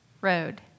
road